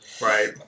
Right